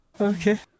Okay